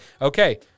okay –